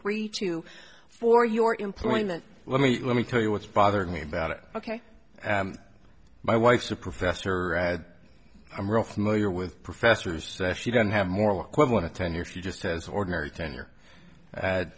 agree to for your employment let me let me tell you what's bothering me about it ok my wife's a professor add i'm real familiar with professors she doesn't have moral equivalent to ten years she just says ordinary tenure